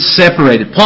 separated